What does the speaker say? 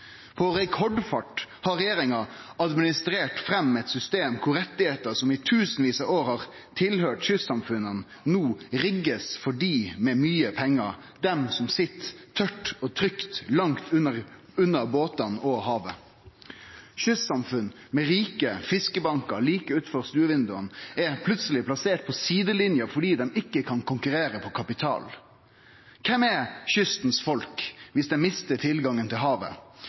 rekordfart har regjeringa administrert fram eit system der rettar, som i tusenvis av år har tilhøyrt kystsamfunna, no blir rigga for dei med mykje pengar, dei som sit tørt og trygt langt unna båtane og havet. Kystsamfunn med rike fiskebankar like utanfor stuevindauga er plutseleg plasserte på sidelinja fordi dei ikkje kan konkurrere på kapital. Kven er kystens folk dersom dei mistar tilgangen til havet?